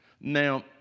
Now